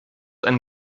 ein